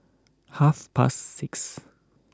half past six